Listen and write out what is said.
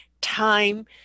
time